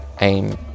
aim